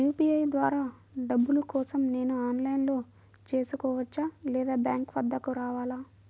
UPI ద్వారా డబ్బులు కోసం నేను ఆన్లైన్లో చేసుకోవచ్చా? లేదా బ్యాంక్ వద్దకు రావాలా?